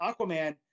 Aquaman